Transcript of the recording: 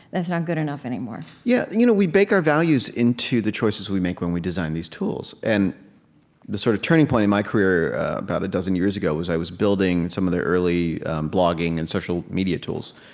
that's not good enough anymore. yeah. you know we bake our values into the choices we make when we design these tools. and the sort of turning point in my career about a dozen years ago was i was building some of the early blogging and social media tools.